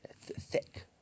thick